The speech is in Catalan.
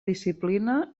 disciplina